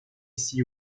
ici